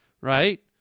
right